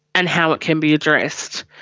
and how it can be addressed.